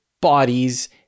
bodies